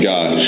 God